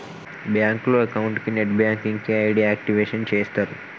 బ్యాంకులో అకౌంట్ కి net banking కి ఐడి యాక్టివేషన్ చేస్తరు